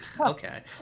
Okay